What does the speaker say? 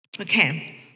Okay